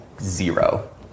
zero